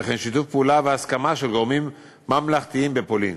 וכן שיתוף פעולה והסכמה של גורמים ממלכתיים בפולין.